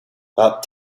about